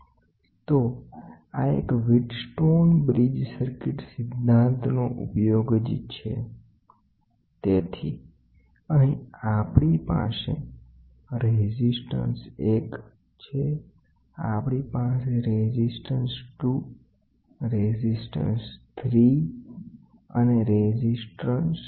તો હવે બ્રીજ સર્કિટની મદદથી સ્ટ્રેન માપીએ કે જે વીટ સ્ટોન બ્રીજ સિદ્ધાંત પર આધારિત છે જે આપણે જોઇશુ કે તે શુ છે તેથી અહીં આપણી પાસે રેઝિસ્ટન્સ 1 છે આપણી પાસે રેઝિસ્ટન્સ 2 રેઝિસ્ટન્સ 3 રેઝિસ્ટન્સ 4 છે તો આ R1 છે આ RO પ્લસ ડેલ્ટા R છે